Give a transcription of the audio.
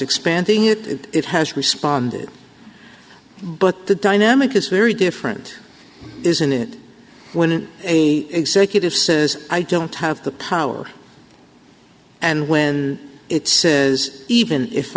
expanding it it has responded but the dynamic is very different isn't it when an executive says i don't have the power and when it says even if